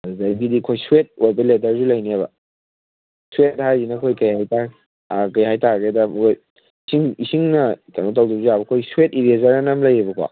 ꯑꯗꯨꯗꯒꯤꯗꯤ ꯑꯩꯈꯣꯏ ꯁ꯭ꯋꯦꯠ ꯑꯣꯏꯕ ꯂꯦꯗꯔꯁꯨ ꯂꯩꯅꯦꯕ ꯁ꯭ꯋꯦꯠ ꯍꯥꯏꯁꯤꯅ ꯑꯩꯈꯣꯏ ꯀꯔꯤ ꯍꯥꯏꯇꯥꯔꯦ ꯀꯔꯤ ꯍꯥꯏꯇꯥꯔꯒꯦꯗ ꯑꯩꯈꯣꯏ ꯏꯁꯤꯡ ꯏꯁꯤꯡꯅ ꯀꯩꯅꯣ ꯇꯧꯗ꯭ꯔꯁꯨ ꯌꯥꯕ ꯑꯩꯈꯣꯏ ꯁ꯭ꯋꯦꯠ ꯏꯔꯦꯖꯔꯅ ꯑꯃ ꯂꯩꯌꯦꯕꯀꯣ